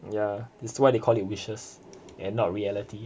ya it's why they call it wishes and not reality